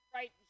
Right